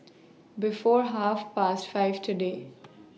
before Half Past five today